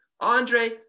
Andre